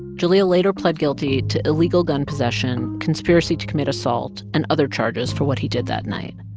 jahlil later pled guilty to illegal gun possession, conspiracy to commit assault and other charges for what he did that night.